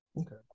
Okay